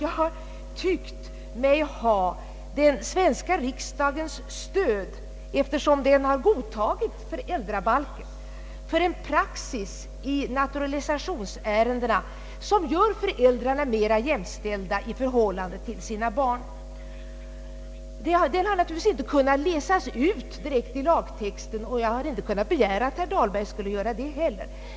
Jag har dock tyckt mig ha den svenska riksdagens stöd, eftersom den har godtagit föräldrabalken, för en praxis i naturalisationsärenden som gör föräldrarna mera jämställda i förhållande till sina barn. Det har naturligtvis inte kunnat utläsas direkt i lagtexten och jag kan inte begära att herr Dahlberg skulle kunna göra det.